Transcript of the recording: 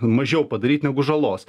mažiau padaryt negu žalos